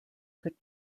could